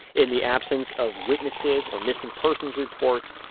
in the absence of witnesses or missing persons reports,